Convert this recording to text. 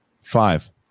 Five